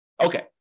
Okay